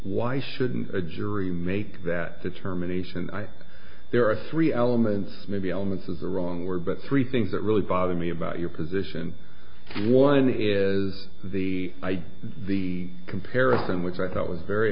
why shouldn't a jury make that determination there are three elements maybe elements is the wrong word but three things that really bother me about your position one is the the comparison which i thought was very